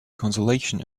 consolation